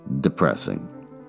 depressing